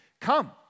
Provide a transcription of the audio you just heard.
come